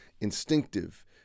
instinctive